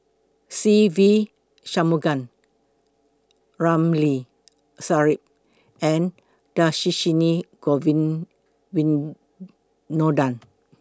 Se Ve Shanmugam Ramli Sarip and Dhershini Govin Winodan